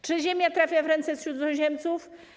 Czy ziemia trafia w ręce cudzoziemców?